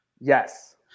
Yes